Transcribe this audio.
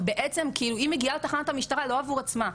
ובעצם היא מגיעה לתחנת המשטרה לא עבור עצמה,